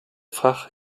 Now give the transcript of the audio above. fach